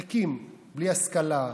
ריקים, בלי השכלה,